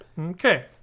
Okay